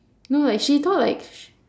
no like she thought like